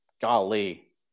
golly